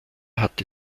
hatte